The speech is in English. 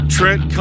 Trent